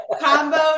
combo